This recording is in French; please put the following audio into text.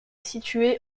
situé